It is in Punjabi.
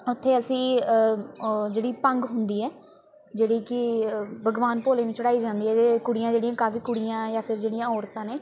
ਉੱਥੇ ਅਸੀਂ ਜਿਹੜੀ ਭੰਗ ਹੁੰਦੀ ਹੈ ਜਿਹੜੀ ਕਿ ਭਗਵਾਨ ਭੋਲੇ ਨੂੰ ਚੜਾਈ ਜਾਂਦੀ ਹੈ ਅਤੇ ਕੁੜੀਆਂ ਜਿਹੜੀਆਂ ਕਾਫੀ ਕੁੜੀਆਂ ਜਾਂ ਫਿਰ ਜਿਹੜੀਆਂ ਔਰਤਾਂ ਨੇ